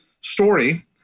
story